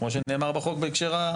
כמו שנאמר בחוק בהקשר,